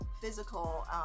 physical